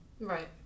Right